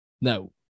No